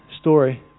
story